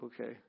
Okay